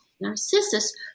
Narcissus